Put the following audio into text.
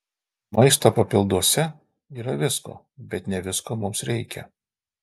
maisto papilduose yra visko bet ne visko mums reikia